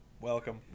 Welcome